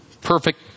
perfect